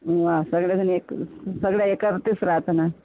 हा सगळ्याजणी एक सगळ्या एकारतीच राहतं ना